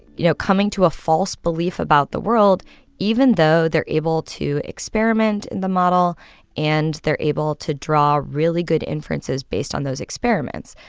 you know, coming to a false belief about the world even though they're able to experiment in the model and they're able to draw really good inferences based on those experiments.